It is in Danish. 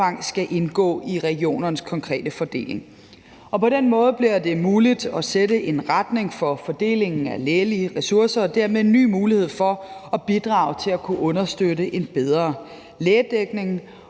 skal indgå i regionernes konkrete fordeling. På den måde bliver det muligt at sætte en retning for fordelingen af lægelige ressourcer, og det er dermed en ny mulighed for at bidrage til at kunne understøtte en bedre lægedækning.